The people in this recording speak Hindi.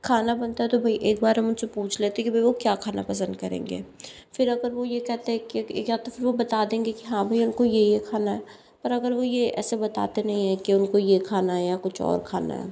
खाना बनता है तो भई एक बार हम उनसे पूछ लेते हैं कि भई वो क्या खाना पसंद करेंगे फिर अगर वो ये कहते हैं कि या तो फिर वो बता देंगे की हाँ भई हमको ये ये खाना है और अगर वो ऐसे बताते नहीं है कि उनको ये खाना है या कुछ और खाना है